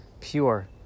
pure